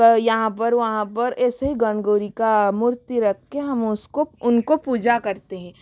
का यहाँ पर वहाँ पर ऐसे गणगौर की मूर्ति रख के हम उसको उनको पूजा करते हैं